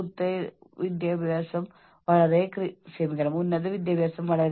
സമ്മർദ്ദത്തെ നേരിടാനുള്ള വളരെ ഫലപ്രദമായ ഒരു മാർഗം ഇതാണ്